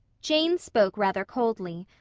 jane spoke rather coldly.